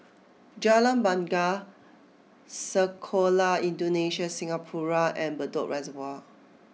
Jalan Bungar Sekolah Indonesia Singapura and Bedok Reservoir